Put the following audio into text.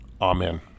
Amen